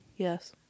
Yes